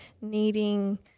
needing